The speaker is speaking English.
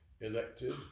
elected